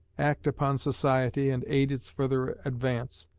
act upon society and aid its further advance,